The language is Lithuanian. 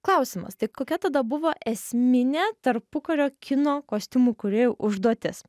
klausimas tai kokia tada buvo esminė tarpukario kino kostiumų kūrėjų užduotis